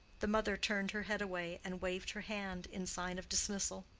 the mother turned her head away and waved her hand in sign of dismissal.